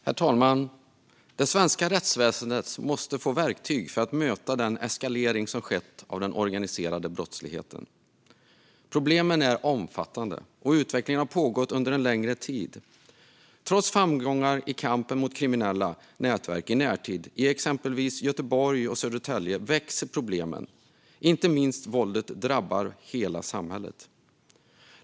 Herr talman! Det svenska rättsväsendet måste få verktyg för att möta den eskalering som har skett av den organiserade brottsligheten. Problemen är omfattande, och utvecklingen har pågått under en längre tid. Trots framgångar i närtid i kampen mot kriminella nätverk i exempelvis Göteborg och Södertälje växer problemen. Inte minst våldet drabbar hela samhället.